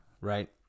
Right